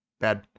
bad